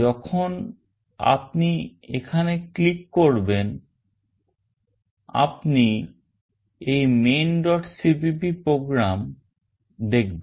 যখন আপনি এখানে click করবেন আপনি এই maincpp program দেখবেন